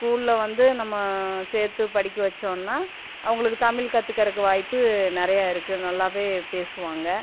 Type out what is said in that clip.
ஸ்கூல்ல வந்து நம்ம சேர்த்து படிக்க வச்சோம்னா அவங்களுக்கு தமிழ் கத்துக்கறதுக்கு வாய்ப்பு நிறையா இருக்குது நல்லாவே பேசுவாங்கள்